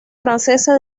francesa